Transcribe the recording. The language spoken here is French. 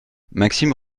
maxime